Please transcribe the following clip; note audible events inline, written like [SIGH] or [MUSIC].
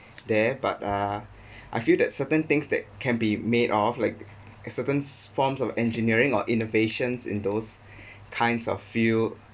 there but ah I feel that certain things that can be made of like certain forms of engineering or innovations in those [BREATH] kinds of fields